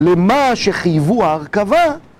למה שחייבו ההרכבה